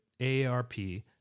aarp